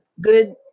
good